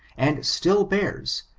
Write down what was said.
and still bears,